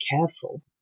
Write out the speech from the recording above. careful